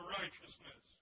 righteousness